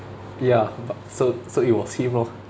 ya b~ so so it was him lor